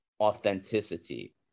authenticity